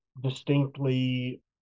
distinctly